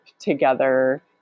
together